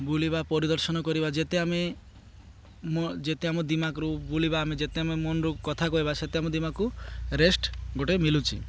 ବୁଲିବା ପରିଦର୍ଶନ କରିବା ଯେତେ ଆମେ ଯେତେ ଆମ ଦିମାକରୁ ବୁଲିବା ଆମେ ଯେତେ ଆମେ ମନରୁ କଥା କହିବା ସେତେ ଆମ ଦିମାକକୁ ରେଷ୍ଟ ଗୋଟେ ମିଳୁଛି